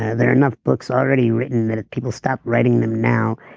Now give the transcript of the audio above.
there are enough books already written that if people stopped writing them now,